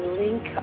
link